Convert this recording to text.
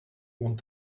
want